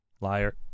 Liar